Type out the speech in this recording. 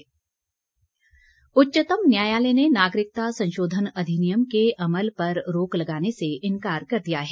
CAA उच्चतम न्यायालय ने नागरिकता संशोधन अधिनियम के अमल पर रोक लगाने से इंकार कर दिया है